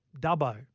Dubbo